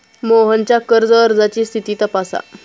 मोहनच्या कर्ज अर्जाची स्थिती तपासा